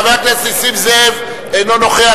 חבר הכנסת נסים זאב אינו נוכח,